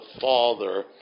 Father